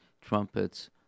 trumpets